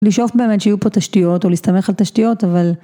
לישאוף באמת שיהיו פה תשתיות, או להסתמך על תשתיות, אבל...